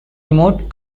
remote